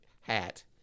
hat